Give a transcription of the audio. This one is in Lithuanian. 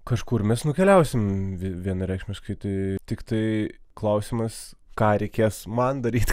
kažkur mes nukeliausim vienareikšmiškai tai tiktai klausimas ką reikės man daryt